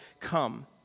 come